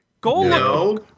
Go